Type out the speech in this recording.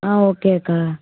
ஆ ஓகேக்கா